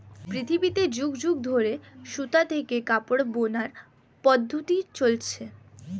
পৃথিবীতে যুগ যুগ ধরে সুতা থেকে কাপড় বানানোর পদ্ধতি চলছে